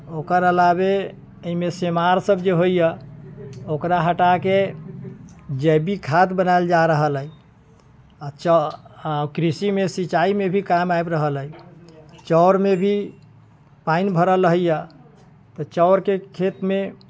ओकर अलावे एहिमे सेमार सब जे होइया ओकरा हटाके जैविक खाद बनायल जा रहल अछि आ कृषिमे सिचाइमे भी काम आ रहल अछि चौरमे भी पानि भरल रहैया तऽ चौरके खेतमे